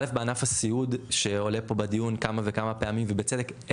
א' בענף הסיעוד שעולה פה בדיון כמה וכמה פעמים ובצדק,